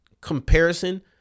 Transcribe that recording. comparison